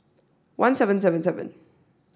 one seven seven seven